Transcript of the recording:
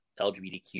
LGBTQ